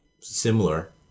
similar